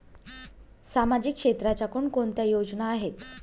सामाजिक क्षेत्राच्या कोणकोणत्या योजना आहेत?